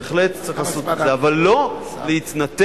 בהחלט צריך לעשות את